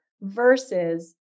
versus